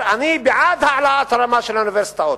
אני בעד העלאת הרמה של האוניברסיטאות,